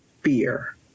fear